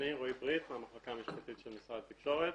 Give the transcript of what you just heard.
רועי ברית, המחלקה המשפטית, משרד התקשורת.